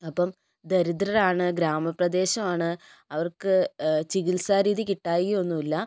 അപ്പം ദരിദ്രരാണ് ഗ്രാമപ്രദേശമാണ് അവർക്ക് ചിത്സാരീതി കിട്ടായ്ക ഒന്നുമില്ല